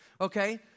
okay